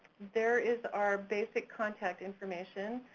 there is our basic contact information,